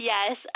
Yes